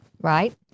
right